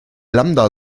lambda